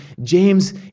James